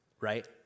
right